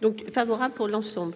donc favorable pour l'ensemble.